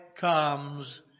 comes